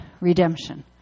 redemption